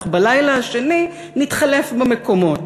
אך בלילה השני נתחלף במקומות.